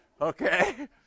okay